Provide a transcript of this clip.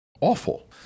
awful